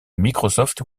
microsoft